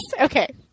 Okay